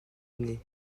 année